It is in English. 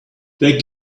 there